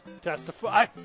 testify